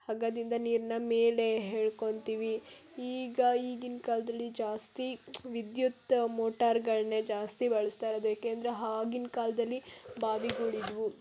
ಹಗ್ಗದಿಂದ ನೀರನ್ನ ಮೇಲೆ ಎಳ್ಕೊಂತೀವಿ ಈಗ ಈಗಿನ ಕಾಲದಲ್ಲಿ ಜಾಸ್ತಿ ವಿದ್ಯುತ್ ಮೋಟಾರ್ಗಳನ್ನೇ ಜಾಸ್ತಿ ಬಳಸ್ತಾ ಇರೋದು ಏಕೆಂದ್ರೆ ಆಗಿನ ಕಾಲದಲ್ಲಿ ಬಾವಿಗಳು ಇದ್ದವು